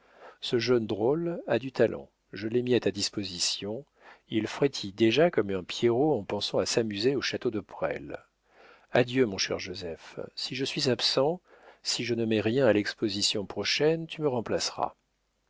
ce jeune drôle a du talent je l'ai mis à ta disposition il frétille déjà comme un pierrot en pensant à s'amuser au château de presles adieu mon cher joseph si je suis absent si je ne mets rien à l'exposition prochaine tu me remplaceras